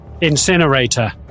incinerator